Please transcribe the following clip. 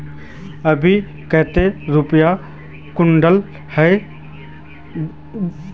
अभी कते रुपया कुंटल है गहुम?